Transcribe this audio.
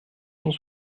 cent